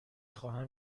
خواهم